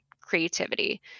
creativity